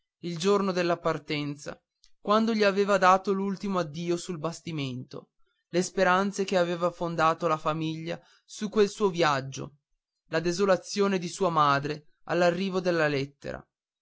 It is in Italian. il giorno della partenza quando gli aveva dato l'ultimo addio sul bastimento le speranze che aveva fondato la famiglia su quel suo viaggio la desolazione di sua madre all'arrivo della lettera